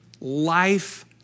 Life